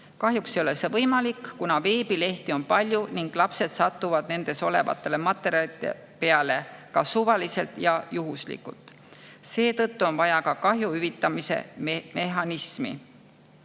Kahjuks ei ole see võimalik, kuna veebilehti on palju ning lapsed satuvad nendel olevate materjalide peale ka suvaliselt ja juhuslikult. Seetõttu on vaja ka kahju hüvitamise mehhanismi.